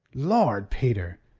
lord, peter!